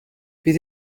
bydd